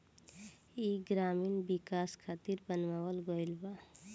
ई ग्रामीण विकाश खातिर बनावल गईल बा